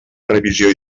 revisió